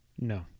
No